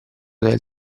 del